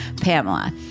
Pamela